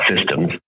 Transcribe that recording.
systems